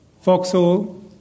Foxhole